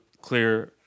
clear